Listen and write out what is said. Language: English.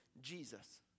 Jesus